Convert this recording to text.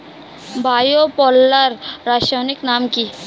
Bio পাল্লার রাসায়নিক নাম কি?